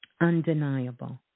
Undeniable